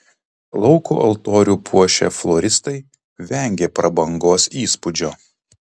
lauko altorių puošę floristai vengė prabangos įspūdžio